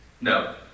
no